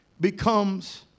becomes